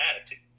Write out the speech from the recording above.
attitude